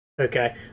Okay